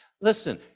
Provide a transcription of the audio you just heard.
Listen